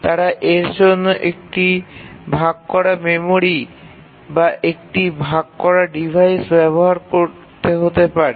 তারা এর জন্য একটি ভাগ করা মেমরি বা একটি ভাগ করা ডিভাইস ব্যবহার করতে হতে পারে